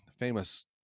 famous